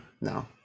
No